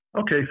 Okay